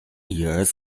years